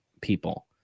people